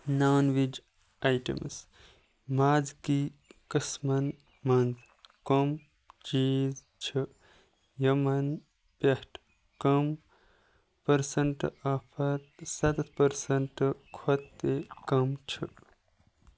نان veg items مازٕکی قٕسمَن منٛز کۄم چیٖز چھِ یِمَن پٮ۪ٹھ کم پٔرسَنٛٹ آفر سَتتھ پٔرسَنٛٹ کھۄتہٕ تہِ کم چھِ